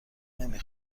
نمی